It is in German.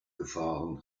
gefahren